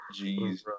Jeez